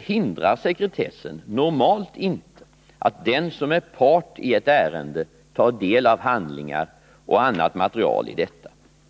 hindrar sekretessen normalt inte att den som är part i ett ärende tar del av handlingar och annat material i detta.